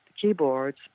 keyboards